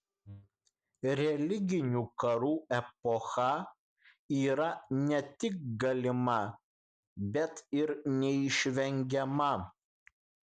religinių karų epocha yra ne tik galima bet ir neišvengiama